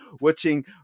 watching